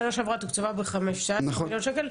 בשנה שעברה ההילולה תוקצבה ב-15 מיליון שקלים,